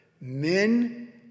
men